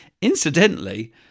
Incidentally